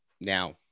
Now